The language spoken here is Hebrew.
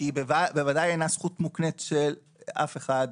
שהיא בוודאי אינה זכות מוקנית של אף אחד.